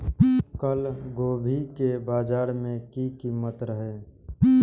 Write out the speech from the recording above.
कल गोभी के बाजार में की कीमत रहे?